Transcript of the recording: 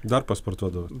dar pasportuodavot